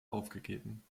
aufgegeben